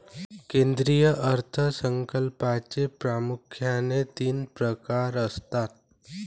केंद्रीय अर्थ संकल्पाचे प्रामुख्याने तीन प्रकार असतात